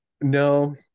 no